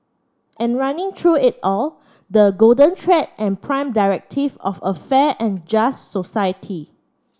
and running through it all the golden thread and prime directive of a fair and just society